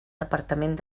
departament